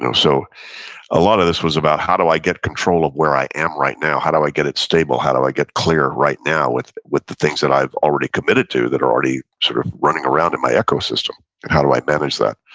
so ah lot of this was about how do i get control of where i am right now, how do i get it stable, how do i get clear right now with with the things that i have already committed to that are already sort of running around in my ecosystem and how do i manage that?